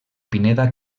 pineda